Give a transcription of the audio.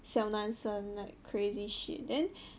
小男生 like crazy shit then